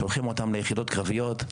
שולחים אותם ליחידות קרביות,